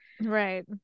right